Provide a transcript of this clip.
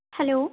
hello